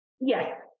Yes